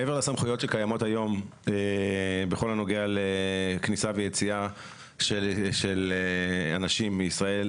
מעבר לסמכויות שקיימות היום בכל הנוגע לכניסה ויציאה של אנשים מישראל